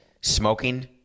smoking